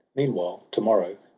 meanwhile, to-morrow,